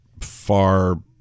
far